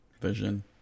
Vision